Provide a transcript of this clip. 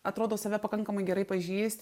atrodo save pakankamai gerai pažįsti